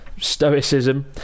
stoicism